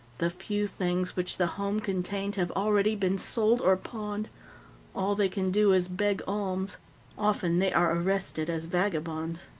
the few things which the home contained have already been sold or pawned all they can do is beg alms often they are arrested as vagabonds.